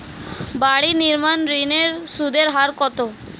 বাড়ি নির্মাণ ঋণের সুদের হার কত?